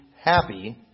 happy